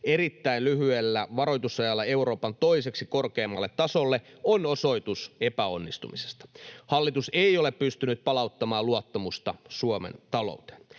erittäin lyhyellä varoitusajalla Euroopan toiseksi korkeimmalle tasolle on osoitus epäonnistumisesta. Hallitus ei ole pystynyt palauttamaan luottamusta Suomen talouteen.